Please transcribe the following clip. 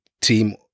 team